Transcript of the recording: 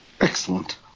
Excellent